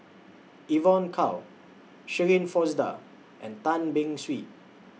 Evon Kow Shirin Fozdar and Tan Beng Swee